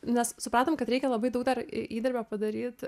nes supratom kad reikia labai daug dar įdirbio padaryt